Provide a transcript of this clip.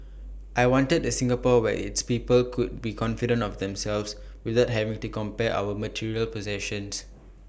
I wanted A Singapore where its people could be confident of themselves without having to compare our material possessions